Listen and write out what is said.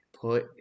put